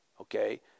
Okay